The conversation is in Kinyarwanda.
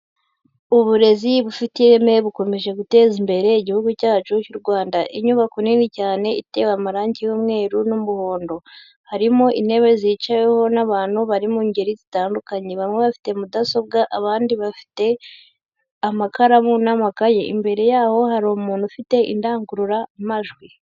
Uburezi bufite ireme bukomeje guteza imbere igihugu cyacu cy'u Rwanda, inyubako nini cyane itewe amarangi y'umweru n'umuhondo, harimo intebe zicaweho n'abantu bari mu ngeri zitandukanye, bamwe bafite mudasobwa abandi bafite amakaramu n'amakayi, imbere yaho hari umuntu ufite indangururamajwi.